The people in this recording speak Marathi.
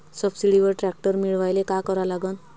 सबसिडीवर ट्रॅक्टर मिळवायले का करा लागन?